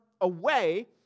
away